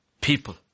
People